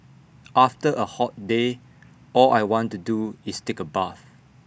after A hot day all I want to do is take A bath